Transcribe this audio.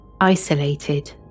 isolated